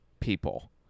People